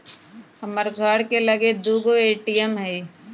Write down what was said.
हमर घर के लगे दू गो ए.टी.एम हइ